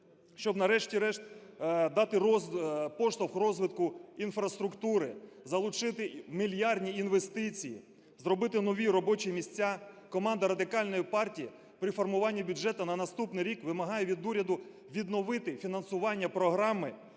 щоб нарешті-решт дати поштовх розвитку інфраструктури, залучити мільярдні інвестиції, зробити нові робочі місця команда Радикальної партії при формуванні бюджету на наступний рік вимагає від уряду відновити фінансування програми